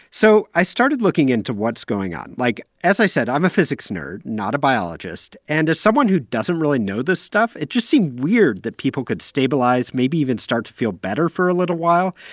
so i started looking into what's going on. like, as i said, i'm a physics nerd, not a biologist. and as someone who doesn't really know this stuff, it just seemed weird that people could stabilize, maybe even start to feel better for a little while,